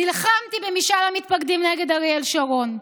נלחמתי במשאל המתפקדים נגד אריאל שרון.